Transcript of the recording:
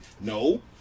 No